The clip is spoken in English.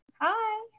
Hi